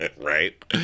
Right